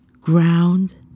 Ground